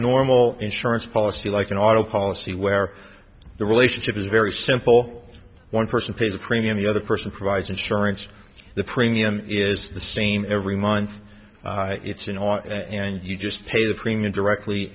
normal insurance policy like an auto policy where the relationship is very simple one person pays a premium the other person provides insurance or the premium is the same every month it's in oil and you just pay the crema directly